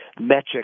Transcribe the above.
metric